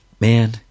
man